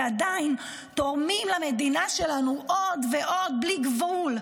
ועדיין תורמים למדינה שלנו עוד ועוד בלי גבול.